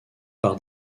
par